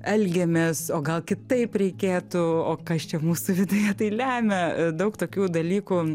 elgiamės o gal kitaip reikėtų o kas čia mūsų viduje tai lemia daug tokių dalykų